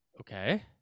Okay